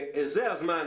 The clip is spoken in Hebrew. וזה הזמן,